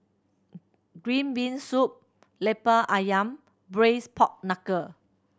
green bean soup Lemper Ayam and Braised Pork Knuckle